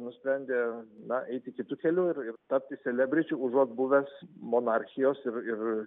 nusprendė na eiti kitu keliu ir ir tapti selebriti užuot buvęs monarchijos ir ir